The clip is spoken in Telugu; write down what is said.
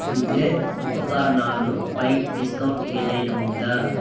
విద్యుత్ ఉపకరణాలు పై డిస్కౌంట్ ఏదైనా ఉందా